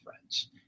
friends